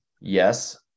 Yes